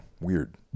weird